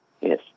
yes